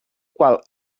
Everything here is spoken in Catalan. qual